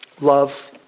Love